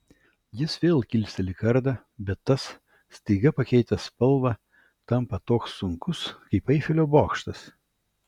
jis vėl kilsteli kardą bet tas staiga pakeitęs spalvą tampa toks sunkus kaip eifelio bokštas